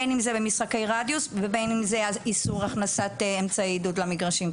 בין אם זה משחקי רדיוס ובין אם זה איסור הכנסת אמצעי עידוד למגרשים.